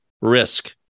risk